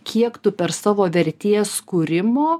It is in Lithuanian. kiek tu per savo vertės kūrimo